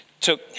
took